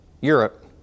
Europe